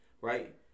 Right